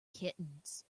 kittens